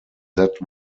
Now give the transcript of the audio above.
that